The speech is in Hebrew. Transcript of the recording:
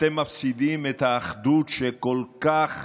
אתם מפסידים את האחדות שאנחנו כל כך